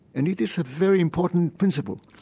and it is a very important principle,